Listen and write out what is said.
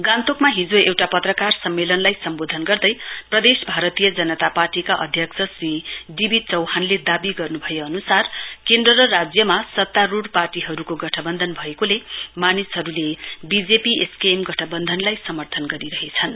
गान्तोक हिजो एउटा पत्रकार सम्मेलनलाई सम्बोधन गर्दै प्रदेश भारतीय जनता पार्टीका अध्यक्ष श्री डी वी चौहानले दावी गर्नुभए अनुसार केन्द्र र राज्यमा सत्तारुढ़ पार्टीहरुको गठवन्धन भएकोले मानिसहरुले बीजेपी एसकेएम गठबन्धनलाई समर्थन गरिरहेछन्